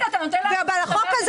אתה נותן לה לדבר?